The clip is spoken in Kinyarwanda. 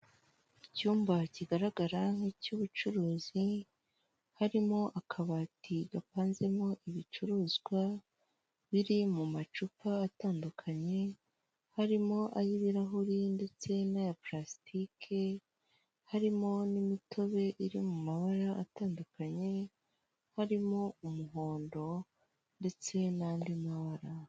Icyumba kigaragara nk'icy'ubucuruzi harimo akabati gapanzemo ibicuruzwa biri mu macupa atandukanye, harimo ay'ibirahuri ndetse n'aya purasitike, harimo n'imitobe iri mu mabara atandukanye, harimo umuhondo ndetse n'andi mabara.